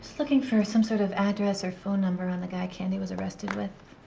looking for some sort of address or phone number on the guy candy was arrested with.